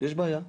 יש בעיה.